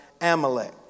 Amalek